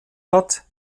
hat